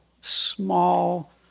small